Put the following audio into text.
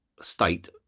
state